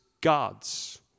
God's